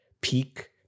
peak